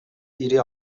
ири